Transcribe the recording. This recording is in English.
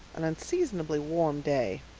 an unseasonably warm day,